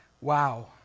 Wow